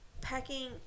packing